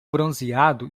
bronzeado